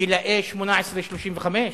בגיל 18 35?